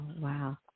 wow